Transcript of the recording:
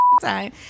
time